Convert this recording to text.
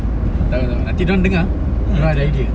takpe takpe nanti dia orang dengar dia orang ada idea